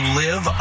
live